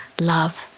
love